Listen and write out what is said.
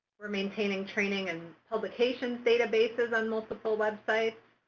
we're maintaining training and publications, databases on multiple websites.